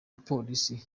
mupolisi